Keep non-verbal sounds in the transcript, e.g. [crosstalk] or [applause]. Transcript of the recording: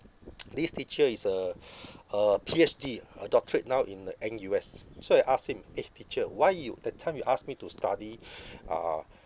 [noise] this teacher is uh [breath] uh PhD a doctorate now in uh N_U_S so I asked him eh teacher why you that time you ask me to study [breath] uh